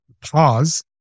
pause